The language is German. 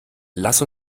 lass